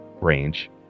range